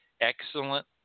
excellent